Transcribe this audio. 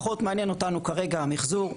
פחות מעניין אותנו כרגע המחזור,